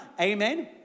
Amen